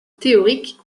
théorique